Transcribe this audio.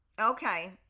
okay